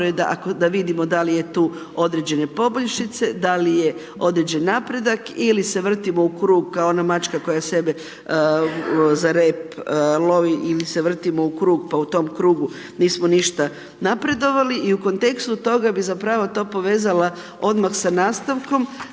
da vidimo da li je tu određene poboljšice, da li je određen napredak ili se vrtimo u krug kao ona mačka koja sebe za rep lovi ili se vrtimo u krug pa u tom krugu nismo ništa napredovali i u kontekstu toga bi zapravo to povezala odmah sa nastavkom.